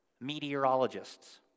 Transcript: meteorologists